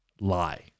lie